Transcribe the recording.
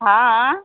हाँ